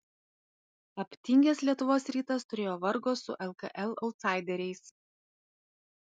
aptingęs lietuvos rytas turėjo vargo su lkl autsaideriais